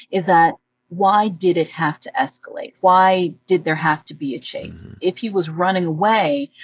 is that why did it have to escalate? why did there have to be a chase? if he was running away,